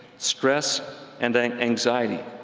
stress and anxiety,